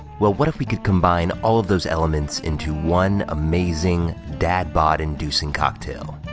well, what if we could combine all of those elements into one amazing, dad bod inducing cocktail.